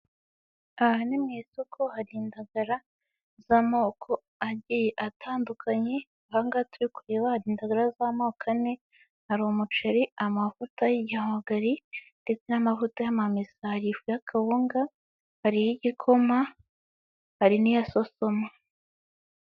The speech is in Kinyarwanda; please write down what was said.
Aha ni mu isoko hari indagara z'amoko agiye atandukanye, ahangaha turi kureba hari indagara z'amoko ane, hari umuceri, amavuta y'igihwagari ndetse n'amavuta y'amamesa. Hari ifu y'akawunga, hari iy'igikoma, hari n'iya sosoma.